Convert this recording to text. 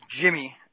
Jimmy